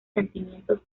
sentimientos